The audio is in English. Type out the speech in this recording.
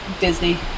Disney